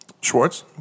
Schwartz